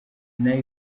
nayo